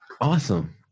Awesome